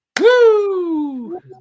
Woo